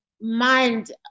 mind